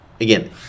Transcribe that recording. again